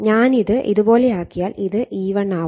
ഞാനിത് ഇതുപോലെ ആക്കിയാൽ ഇത് E1 ആവും